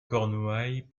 cornouaille